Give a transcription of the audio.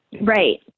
Right